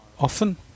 Often